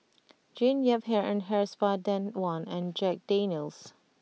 Jean Yip Hair and Hair Spa Danone and Jack Daniel's